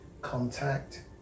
Contact